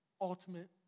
ultimate